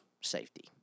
safety